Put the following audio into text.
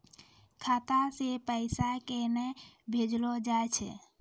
खाता से पैसा केना भेजलो जाय छै?